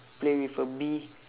play with a bee